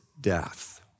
death